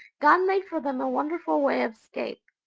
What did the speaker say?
god made for them a wonderful way of escape.